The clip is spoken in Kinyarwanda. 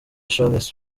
charles